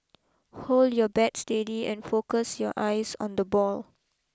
hold your bat steady and focus your eyes on the ball